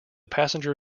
passenger